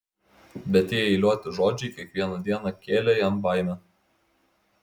bet tie eiliuoti žodžiai kiekvieną dieną kėlė jam baimę